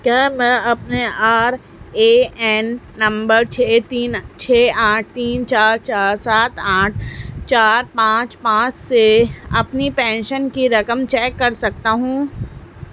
کیا میں اپنے آر اے این نمبر چھ تین چھ آٹھ تین چار چار سات آٹھ چار پانچ پانچ سے اپنی پینشن کی رقم چیک کر سکتا ہوں